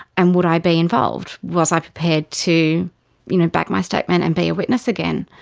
and would i be involved? was i prepared to you know back my statement and be a witness again?